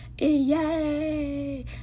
yay